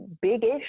big-ish